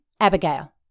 Abigail